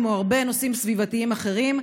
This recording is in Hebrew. כמו הרבה נושאים סביבתיים אחרים,